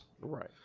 Right